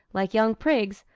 like young prigs,